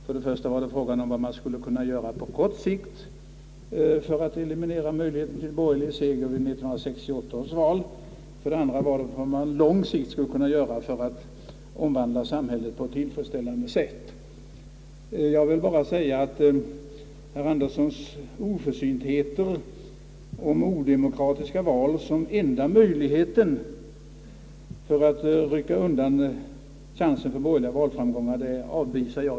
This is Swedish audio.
För det första var det fråga om vad man på kort sikt skulle kunna göra för att eliminera möjligheterna till borgerlig seger vid 1968 års val. För det andra gällde det vad man på lång sikt skulle kunna göra för att omvandla samhället på ett tillfredsställande sätt. Jag vill framhålla, att jag helt enkelt indignerat avvisar herr Anderssons oförsynthet om odemokratiska val såsom den enda möjligheten att undvika borgerliga valframgångar.